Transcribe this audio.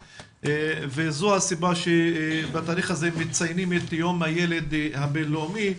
וזו הסיבה שבתאריך זה מציינים את יום הילד ה בינלאומי.